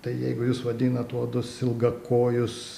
tai jeigu jūs vadinat uodus ilgakojus